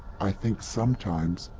i think sometimes,